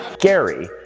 gary,